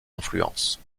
influences